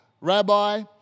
Rabbi